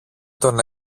τον